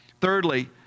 Thirdly